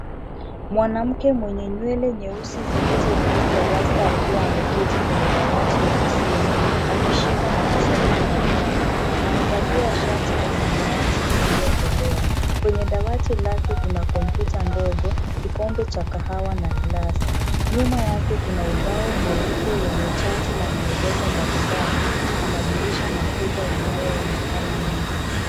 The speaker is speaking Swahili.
Mwanamke mwenye nywele ndefu zilizopigwa rasta akiwa ameketi kwenye dawati ofisini akishika na kusoma karatasi . Amevalia shati la samawati iliyokolea. Kwenye dawati lake kuna kompyuta ndogo, kikombe cha kahawa na glasi. Nyuma yake kuna ubao mweupe mwenye chati na maelezo mbali mbali na madirisha makubwa yanayoonekana nje.